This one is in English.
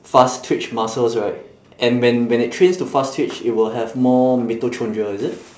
fast twitch muscles right and when when it trains to fast twitch it will have more mitochondria is it